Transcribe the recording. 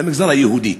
מהמגזר היהודי,